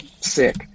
sick